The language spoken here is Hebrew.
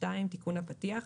תיקון הפתיח.